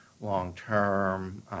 long-term